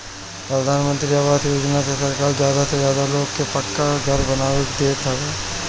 प्रधानमंत्री आवास योजना से सरकार ज्यादा से ज्यादा लोग के पक्का घर बनवा के देत हवे